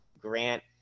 grant